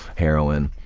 heroin.